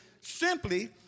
simply